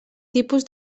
tipus